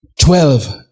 Twelve